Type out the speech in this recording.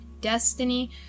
destiny